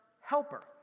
helper